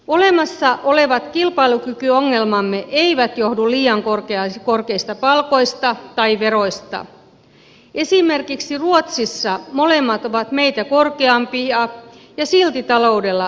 olemassa olevat kilpailukykyongelmamme eivät johdu liian korkeista palkoista tai veroista esimerkiksi ruotsissa molemmat ovat meitä korkeampia ja silti taloudella menee hyvin